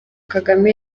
kagame